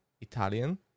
Italian